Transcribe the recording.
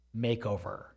makeover